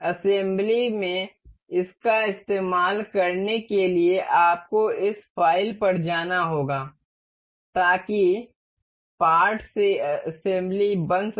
assembly में इसका इस्तेमाल करने के लिए आपको इस फाइल पर जाना होगा ताकि पार्ट से असेंबली बन सके